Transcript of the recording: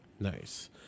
Nice